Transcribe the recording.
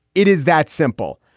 it is that simple.